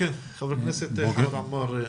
חבר הכנסת חמד עמאר.